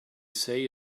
say